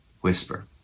whisper